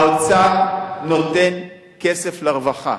האוצר נותן כסף לרווחה.